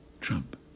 Trump